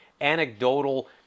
anecdotal